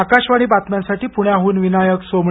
आकाशवाणी बातम्यांसाठी पुण्याहून विनायक सोमणी